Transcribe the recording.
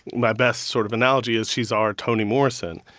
my best sort of analogy is she's our toni morrison.